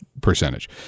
percentage